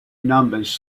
numbers